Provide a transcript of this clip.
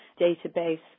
database